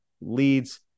leads